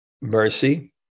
mercy